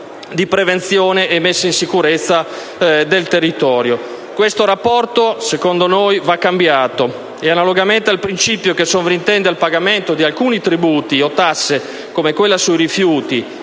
di prevenzione e messa in sicurezza del territorio. Questo rapporto va cambiato e, analogamente al principio che sovrintende al pagamento di alcuni tributi o tasse come quella sui rifiuti